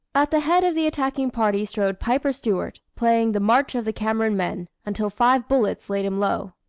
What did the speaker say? at the head of the attacking party strode piper stewart, playing the march of the cameron men, until five bullets laid him low.